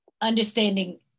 understanding